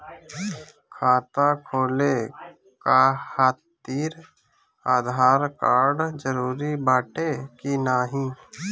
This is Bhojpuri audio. खाता खोले काहतिर आधार कार्ड जरूरी बाटे कि नाहीं?